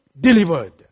delivered